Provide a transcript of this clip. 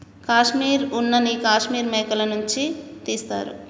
కాశ్మీర్ ఉన్న నీ కాశ్మీర్ మేకల నుంచి తీస్తారు